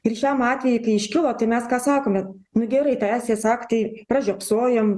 ir šiam atvejui kai iškilo tai mes sakome nu gerai teisės aktai pražiopsojom